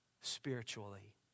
spiritually